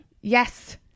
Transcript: yes